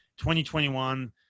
2021